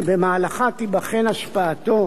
שבמהלכה תיבחן השפעתו